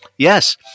Yes